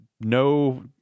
no